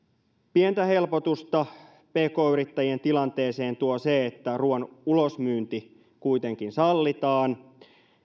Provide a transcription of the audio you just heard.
pientä helpotusta pk yrittäjien tilanteeseen tuo se että ruoan ulosmyynti kuitenkin sallitaan